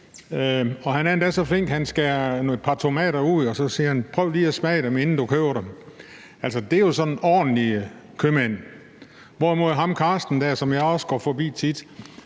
Han er endda så flink, at han skærer et par tomater ud, og så siger han: Prøv lige at smage dem, inden du køber dem. Altså, det er sådan ordentlige købmænd, hvorimod ham der Karsten, som jeg også går forbi tit,